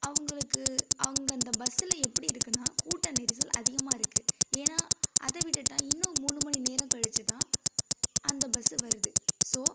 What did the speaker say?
அவங்களுக்கு அங்கே அந்த பஸ்ஸில் எப்படி இருக்குதுன்னா கூட்ட நெரிசல் அதிகமாக இருக்குது ஏன்னா அதை விட்டுட்டால் இன்னும் மூணு மணி நேரம் கழித்து தான் அந்த பஸ் வருது ஸோ